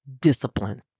discipline